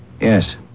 Yes